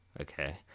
Okay